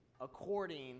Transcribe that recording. according